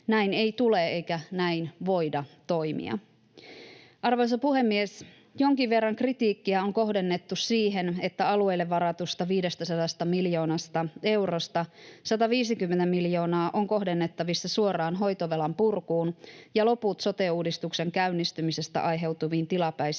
Näin ei tule eikä näin voida toimia. Arvoisa puhemies! Jonkin verran kritiikkiä on kohdennettu siihen, että alueille varatusta 500 miljoonasta eurosta 150 miljoonaa on kohdennettavissa suoraan hoitovelan purkuun ja loput sote-uudistuksen käynnistymisestä aiheutuviin tilapäisiin